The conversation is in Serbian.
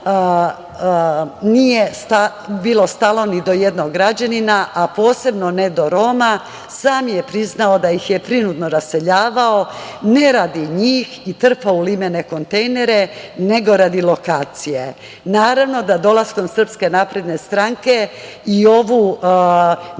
nije bilo stalo ni do jednog građanina, a posebno ne do Roma. Sam je priznao da ih je prinudno raseljavao, ne radi njih, i trpao u limene kontejnere, nego radi lokacije. Naravno, da dolaskom SNS i ovu nepravdu, i na kraju